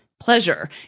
pleasure